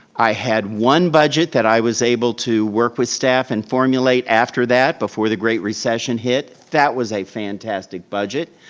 i had one budget that i was able to work with staff and formulate after that, before the great recession hit. that was a fantastic budget.